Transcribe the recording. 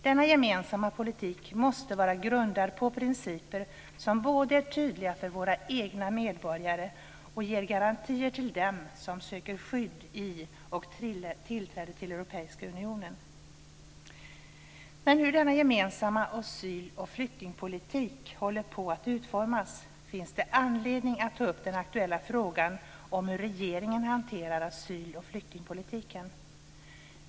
Denna gemensamma politik måste vara grundad på principer som både är tydliga för våra egna medborgare och ger garantier till dem som söker skydd i eller tillträde till När nu denna gemensamma asyl och flyktingpolitik håller på att utformas finns det anledning att ta upp den aktuella frågan om hur regeringen hanterar asyl och flyktingpolitiken.